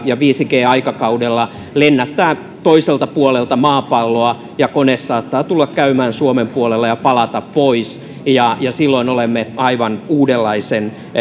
ja viisi g aikakaudella lennättää toiselta puolelta maapalloa ja kone saattaa tulla käymään suomen puolella ja palata pois ja silloin olemme aivan uudenlaisen